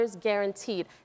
guaranteed